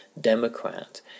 Democrat